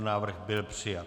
Návrh byl přijat.